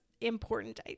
important